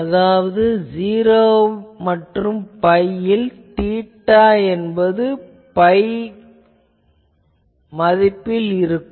அதாவது '0' மற்றும் பை யில் தீட்டா என்பது பை ஆகும்